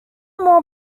more